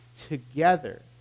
together